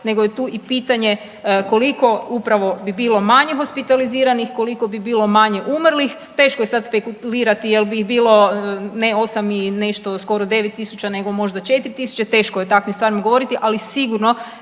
nego je tu i pitanje koliko upravo bi bilo manje hospitaliziranih, koliko bi bilo manje umrlih, teško je sad spekulirati je li bi bilo ne 8 i nešto, skoro 9 tisuća nego možda 4 tisuća, teško je o takvim stvarima govoriti, ali sigurno